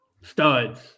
studs